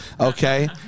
Okay